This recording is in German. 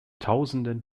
tausenden